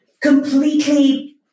completely